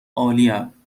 عالیم